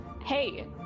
hey